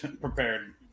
Prepared